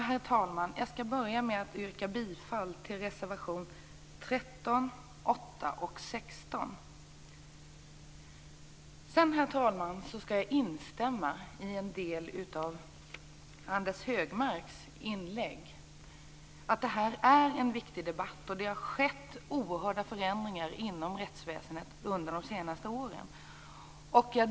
Herr talman! Jag skall börja med att yrka bifall till reservationerna 8, 13 och 16. Jag vill instämma i en del av Anders Högmarks inlägg. Det här är en viktig debatt, och det har skett oerhörda förändringar inom rättsväsendet under de senaste åren.